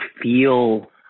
feel